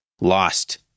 lost